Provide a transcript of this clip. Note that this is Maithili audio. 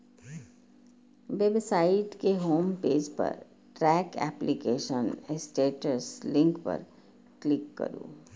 वेबसाइट के होम पेज पर ट्रैक एप्लीकेशन स्टेटस लिंक पर क्लिक करू